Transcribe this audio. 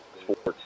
sports